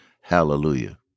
Hallelujah